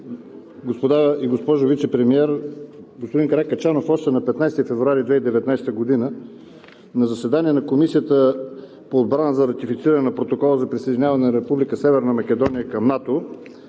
господа и госпожо Вицепремиер! Господин Каракачанов, още на 15 февруари 2019 г. на заседание на Комисията по отбрана за ратифициране на Протокола за присъединяване на Република Северна Македония към НАТО